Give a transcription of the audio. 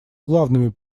главными